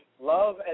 love